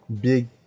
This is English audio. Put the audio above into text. big